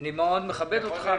אני מכבד אותך מאוד.